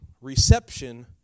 Reception